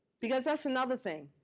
because that's another thing,